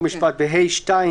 חוק ומשפט ב-(ה)(2).